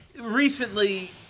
recently